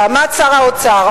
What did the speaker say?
ועמד שר האוצר